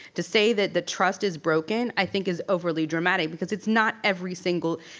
to say that the trust is broken i think is overly dramatic because it's not every single.